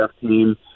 team